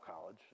college